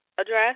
address